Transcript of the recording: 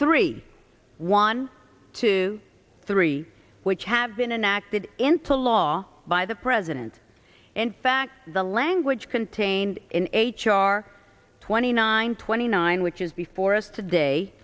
three one two three which have been enacted into law by the president in fact the language contained in h r twenty nine twenty nine which is before us today